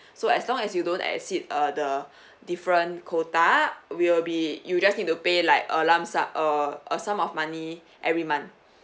so as long as you don't exceed uh the different quota we will be you just need to pay like a lump sum uh a sum of money every month